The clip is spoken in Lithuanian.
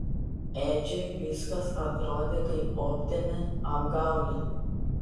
edžiui viskas atrodė kaip optinė apgaulė